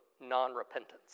non-repentance